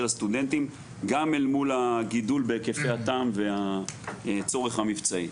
הסטודנטים גם אל מול הגידול בהיקפי התע"מ והצורך המבצעי.